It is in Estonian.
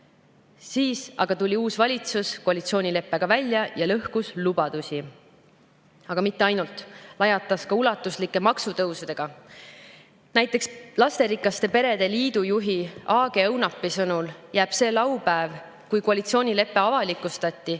Siis aga tuli uus valitsus koalitsioonileppega välja ja lõhkus lubadusi. Aga mitte ainult. Lajatas ka ulatuslike maksutõusudega. Näiteks lasterikaste perede liidu juhi Aage Õunapi sõnul jääb see laupäev, kui koalitsioonilepe avalikustati,